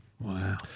Wow